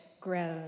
grows